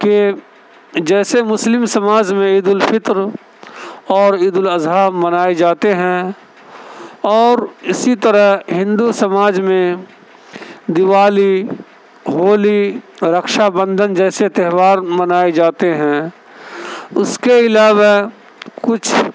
کہ جیسے مسلم سماج میں عید الفطر اور عید الاضحیٰ منائے جاتے ہیں اور اسی طرح ہندو سماج میں دیوالی ہولی رکشا بندھن جیسے تہوار منائے جاتے ہیں اس کے علاوہ کچھ